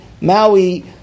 Maui